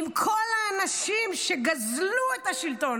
עם כל האנשים האלה שגזלו את השלטון.